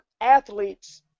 athletes